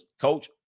coach